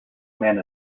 man